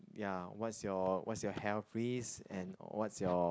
ya what's your what's your health risk and what's your